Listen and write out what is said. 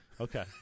Okay